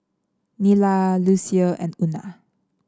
Nila Lucio and Una